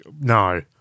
No